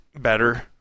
better